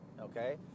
Okay